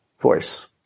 voice